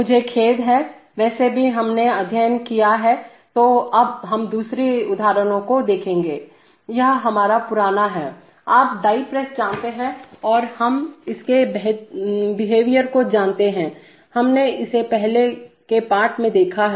मुझे खेद हैवैसे भी जो हमने अध्ययन किया है तो अब हम दूसरे उदाहरण को देखें यह हमारा पुराना है आप डाई प्रेस जानते हैं और हम इसके बिहेवियर को जानते हैं हमने इसे पहले के पाठ में देखा है